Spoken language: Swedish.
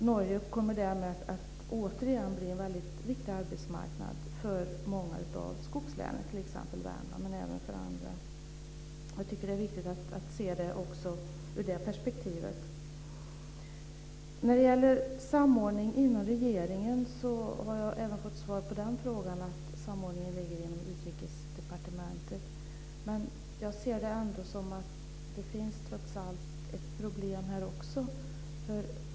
Norge kommer därmed att återigen bli en mycket viktig arbetsmarknad för många av skogslänen, t.ex. Värmland, men även för andra. Jag tycker att det är viktigt att se detta också ur det perspektivet. Även på frågan om samordning inom regeringen har jag fått svar. Samordningen ligger inom Utrikesdepartementet. Men jag anser ändå att det finns ett problem här också.